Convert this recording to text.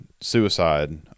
suicide